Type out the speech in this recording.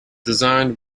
designed